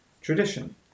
tradition